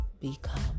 become